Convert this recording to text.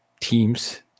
teams